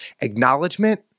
acknowledgement